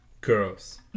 Girls